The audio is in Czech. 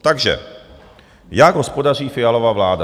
Takže, jak hospodaří Fialova vláda?